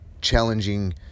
challenging